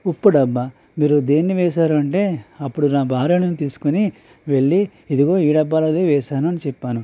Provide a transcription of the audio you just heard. ఉప్పుడబ్బా మీరుదేన్ని వేసారంటే అప్పుడు నా భార్యను తీసుకొని వెళ్లి ఇదిగో ఈ డబ్బాలోదే వేసాను అని చెప్పాను